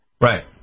Right